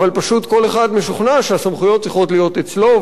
אבל פשוט כל אחד משוכנע שהסמכויות צריכות להיות אצלו,